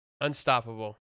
Unstoppable